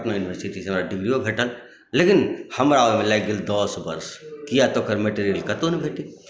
पटना यूनिवर्सिटीसँ हमरा डिग्रीयो भेटल लेकिन हमरा ओहिमे लागि गेल दस वर्ष किया तऽ ओकर मेटेरियल कतहु नहि भेटै